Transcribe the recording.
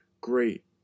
great